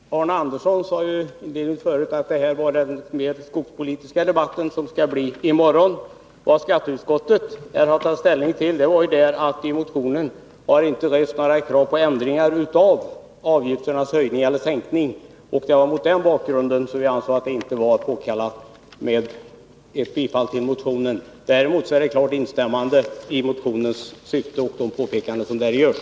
Fru talman! Arne Andersson sade förut att den skogspolitiska debatten kommer vi att få i morgon. Skatteutskottet har noterat att i Lennart Brunanders motion har inte rests några krav på höjning eller sänkning av avgiften, och mot den bakgrunden har vi inte ansett det vara påkallat att biträda motionen. Däremot har utskottet klart instämt i motionens syfte och de påpekanden som där görs.